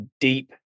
deep